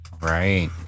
Right